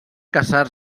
casar